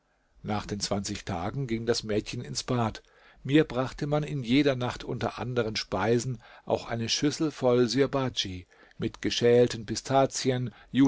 nach den tagen ging das mädchen ins bad mir brachte man in jeder nacht unter anderen speisen auch eine schüssel voll sirbadj mit geschälten pistazien